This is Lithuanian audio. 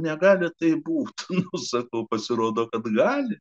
negali taip būti sakau pasirodo kablelį